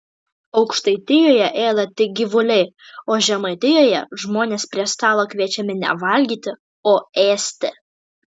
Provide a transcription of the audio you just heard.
aukštaitijoje ėda tik gyvuliai o žemaitijoje žmonės prie stalo kviečiami ne valgyti o ėsti